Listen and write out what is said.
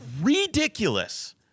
ridiculous